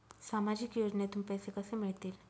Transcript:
सामाजिक योजनेतून पैसे कसे मिळतील?